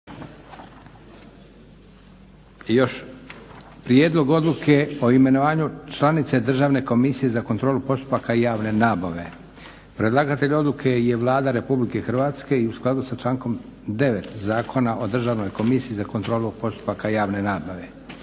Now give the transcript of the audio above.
još - Prijedlog odluke o imenovanju članice Državne komisije za kontrolu postupaka javne nabave Predlagatelj odluke je Vlada Republike Hrvatske i u skladu sa člankom 9. Zakona o Državnoj komisiji za kontrolu postupaka javne nabave.